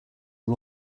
are